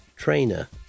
Trainer